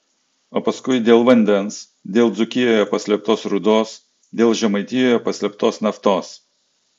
o paskui dėl vandens dėl dzūkijoje paslėptos rūdos dėl žemaitijoje paslėptos naftos